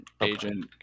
Agent